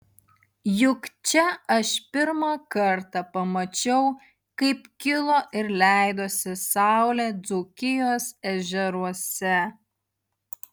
juk čia aš pirmą kartą pamačiau kaip kilo ir leidosi saulė dzūkijos ežeruose